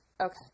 Okay